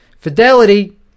Fidelity